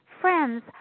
friends